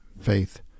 faith